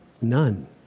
none